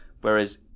whereas